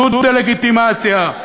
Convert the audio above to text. זו דה-לגיטימציה,